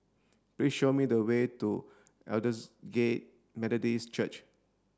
please show me the way to Aldersgate Methodist Church